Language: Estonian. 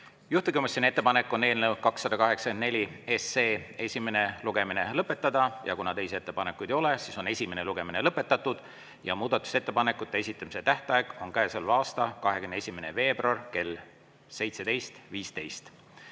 Juhtivkomisjoni ettepanek on eelnõu 284 esimene lugemine lõpetada. Kuna teisi ettepanekuid ei ole, siis on esimene lugemine lõpetatud. Muudatusettepanekute esitamise tähtaeg on selle aasta 21. veebruar kell 17.15.